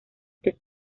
the